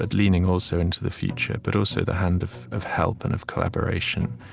and leaning also into the future, but also the hand of of help and of collaboration.